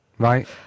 Right